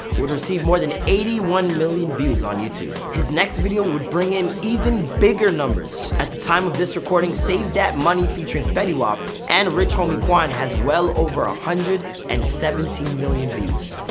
would receive more than eighty one million views on youtube. his next video would bring in even bigger numbers. at the time of this recording, save dat money featuring fetty wap and richie homie quan has well over one ah hundred and seventeen million views.